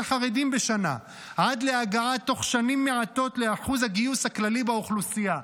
חרדים בשנה עד להגעה תוך שנים מעטות לאחוז הגיוס הכללי באוכלוסייה.